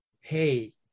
hey